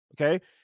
okay